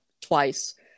twice